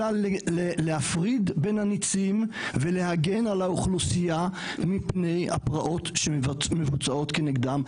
אלא להפריד בין הניצים ולהגן על האוכלוסייה מפני הפרעות שמבוצעות כנגדם.